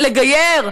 לגייר.